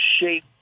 shape